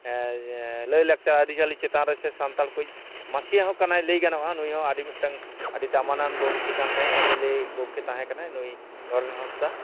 ᱞᱟᱹᱭ ᱞᱟᱠᱪᱟᱨ ᱟᱹᱨᱤ ᱪᱟᱹᱞᱤ ᱪᱮᱛᱟᱱ ᱨᱮᱥᱮ ᱥᱟᱱᱛᱟᱲ ᱠᱚᱭᱤᱡ ᱢᱟᱹᱥᱭᱟᱹ ᱦᱚᱸ ᱠᱟᱱᱟᱭ ᱞᱟᱹᱭ ᱜᱟᱱᱚᱜᱼᱟ ᱱᱩᱭ ᱦᱚᱸ ᱟᱹᱰᱤ ᱢᱤᱫᱴᱟᱹᱝ ᱟᱹᱰᱤ ᱫᱟᱢᱟᱱᱟᱱ ᱜᱚᱝᱠᱮ ᱠᱟᱱ ᱛᱟᱦᱮᱜᱼᱟ ᱮᱢᱮᱞᱮ ᱜᱚᱝᱠᱮ ᱛᱟᱦᱮᱸ ᱠᱟᱱᱟᱭ ᱱᱩᱭ ᱱᱚᱨᱮᱱ ᱦᱟᱸᱥᱫᱟᱜ